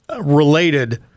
related